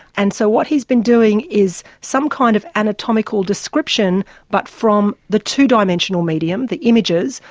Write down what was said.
and so what he's been doing is some kind of anatomical description but from the two-dimensional medium, the images,